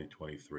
2023